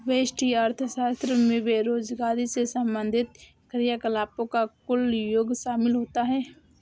व्यष्टि अर्थशास्त्र में बेरोजगारी से संबंधित क्रियाकलापों का कुल योग शामिल होता है